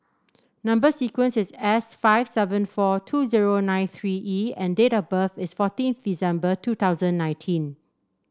number sequence is S five seven four two zero nine three E and date of birth is fourteenth December two thousand nineteen